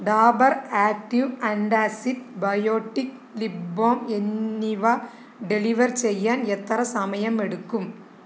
Dabur active antacid biotic lip balm എന്നിവ deliver ചെയ്യാൻ എത്ര സമയമെടുക്കും